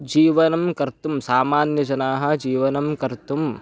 जीवनं कर्तुं सामान्यजनाः जीवनं कर्तुम्